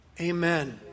Amen